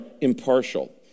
impartial